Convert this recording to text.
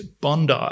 Bondi